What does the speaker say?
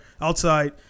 outside